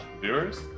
viewers